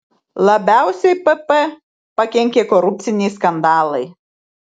labiausiai pp pakenkė korupciniai skandalai